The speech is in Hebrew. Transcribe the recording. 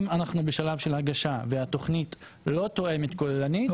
אם אנחנו בשלב של הגשה והתוכנית לא תואמת כוללנית,